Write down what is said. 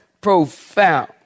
profound